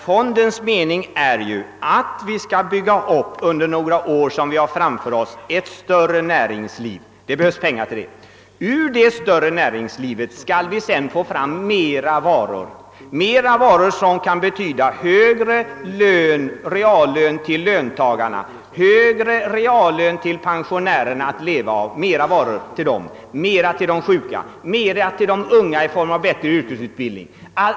Men meningen är ju att vi under några år framöver skall bygga upp ett större näringsliv och härtill behövs pengar. Genom detta större näringsliv skall vi få fram mer varor, vilket skall medföra högre reallön för löntagare och pensionärer, mera till de sjuka och till de unga i form av bättre yrkesutbildning.